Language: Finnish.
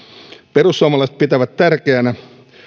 perussuomalaiset pitävät tärkeänä